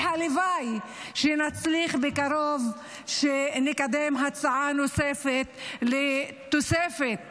והלוואי שנצליח בקרוב לקדם הצעה נוספת לתוספת